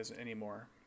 anymore